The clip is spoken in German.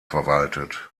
verwaltet